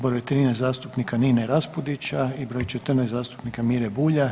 Br. 13 zastupnika Nine Raspudića i br. 14 zastupnika Mire Bulja.